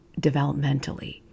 developmentally